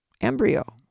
embryo